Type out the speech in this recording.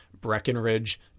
Breckenridge